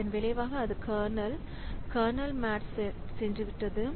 இதன் விளைவாக அது கர்னல் கர்னல் மோட்க்கு சென்றுவிட்டது